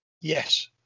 Yes